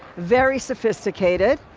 very sophisticated,